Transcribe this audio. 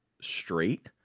straight